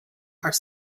are